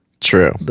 True